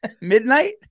midnight